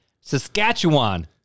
Saskatchewan